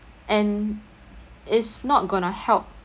and it's not gonna help